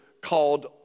called